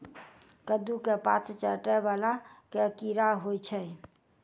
कद्दू केँ पात चाटय वला केँ कीड़ा होइ छै?